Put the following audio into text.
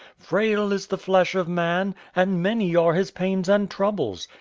frail is the flesh of man, and many are his pains and troubles.